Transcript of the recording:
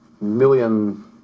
million